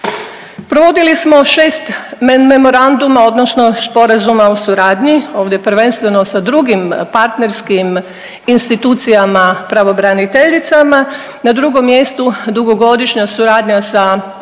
Provodili smo 6 memoranduma odnosno sporazuma o suradnji, ovdje prvenstveno sa drugim partnerskim institucijama pravobraniteljicama, na 2. mjestu, dugogodišnja suradnja sa